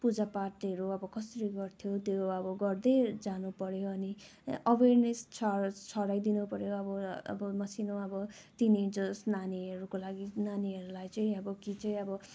पूजा पाठहरू आब कसरी गर्थ्यो त्यो अब गर्दै जानु पर्यो अनि अवेरनेस छ छराइदिनु पर्यो अब मसिनो आब टिन एजर्स नानीहरूको लागि नानीहरलाई चाहिँ अब कि चाहिँ अब